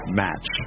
match